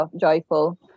joyful